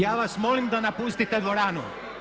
Ja vas molim da napustite dvoranu!